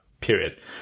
period